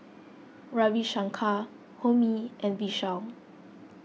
Ravi Shankar Homi and Vishal